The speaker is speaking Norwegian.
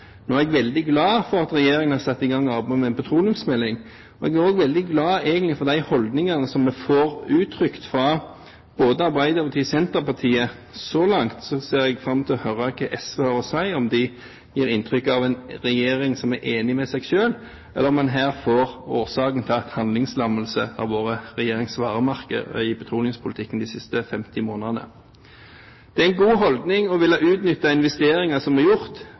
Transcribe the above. Jeg er veldig glad for at regjeringen har satt i gang arbeidet med en petroleumsmelding, og jeg er egentlig også veldig glad for de holdningene som både Arbeiderpartiet og Senterpartiet uttrykker. Så langt ser jeg fram til å høre hva SV har å si – om de gir inntrykk av en regjering som er enig med seg selv, eller om en her får årsaken til at handlingslammelse har vært regjeringens varemerke i petroleumspolitikken de siste 50 månedene. Det er en god holdning å ville utnytte investeringer som er gjort,